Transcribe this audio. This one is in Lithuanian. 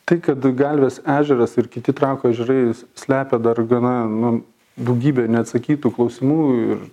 tai kad galvės ežeras ir kiti trakų ežerai slepia dar gana nu daugybę neatsakytų klausimų ir